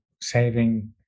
saving